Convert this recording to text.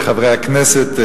חברי הכנסת,